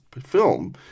film